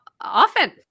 often